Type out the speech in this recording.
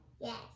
Yes